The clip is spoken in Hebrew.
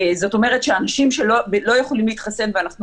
זאת אומרת אנשים שלא יכולים להתחסן ואנחנו